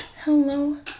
Hello